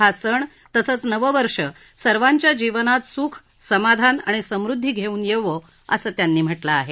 हा सण तसंच नववर्ष सर्वाच्या जीवनात सुखसमाधान व समृद्धी घेऊन येवो असे त्यांनी म्हटलं आहे